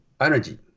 energy